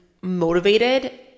motivated